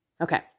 Okay